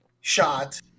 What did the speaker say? shot